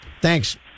Thanks